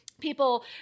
people